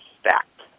stacked